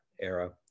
era